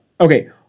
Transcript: Okay